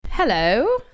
Hello